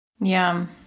Yum